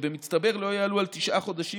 שבמצטבר לא יעלו על תשעה חודשים,